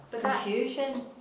Confusion